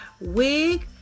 Wig